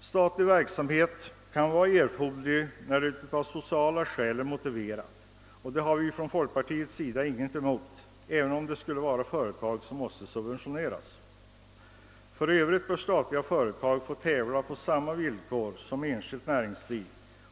Statlig verksamhet kan vara erforderlig när det av sociala skäl är motiverat, och detta har vi från folkpartiets sida ingenting emot, även om det skulle röra sig om företag som måste subventioneras. För övrigt kan sägas att statliga företag bör få tävla på samma villkor som det enskilda näringslivet,